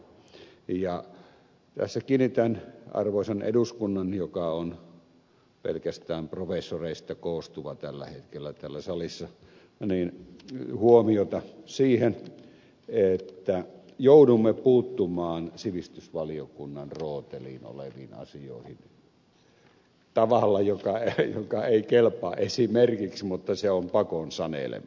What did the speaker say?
ja tässä kiinnitän arvoisan eduskunnan joka on pelkästään professoreista koostuva tällä hetkellä täällä salissa huomiota siihen että joudumme puuttumaan sivistysvaliokunnan rooteliin oleviin asioihin tavalla joka ei kelpaa esimerkiksi mutta se on pakon sanelema